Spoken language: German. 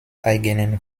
eigenen